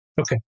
Okay